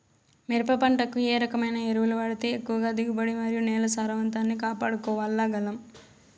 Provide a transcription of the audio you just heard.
మిరప పంట కు ఏ రకమైన ఎరువులు వాడితే ఎక్కువగా దిగుబడి మరియు నేల సారవంతాన్ని కాపాడుకోవాల్ల గలం?